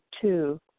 Two